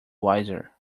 wiser